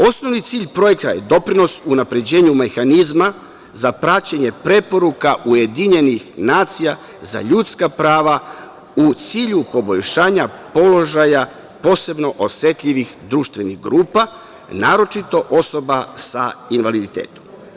Osnovni cilj projekta je doprinos unapređenju mehanizma za praćenje preporuka UN za ljudska prava, u cilju poboljšanja položaja posebno osetljivih društvenih grupa, naročito osoba sa invaliditetom.